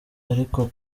ariko